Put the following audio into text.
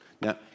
Now